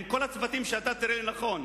עם כל הצוותים שאתה תראה לנכון,